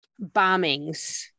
bombings